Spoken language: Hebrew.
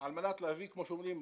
על מנת להביא כמו שאומרים,